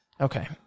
Okay